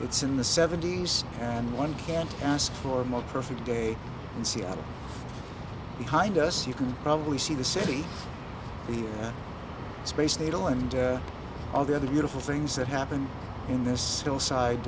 it's in the seventy's and one can't ask for more perfect day in seattle behind us you can probably see the city the space needle and all the other beautiful things that happen in this s